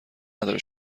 نداره